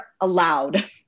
allowed